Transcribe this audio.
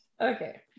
Okay